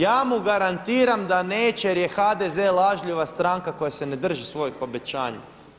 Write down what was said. Ja mu garantiram da neće jer je HDZ lažljiva stranka koja se ne drži svojih obećanja.